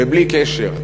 ובלי קשר.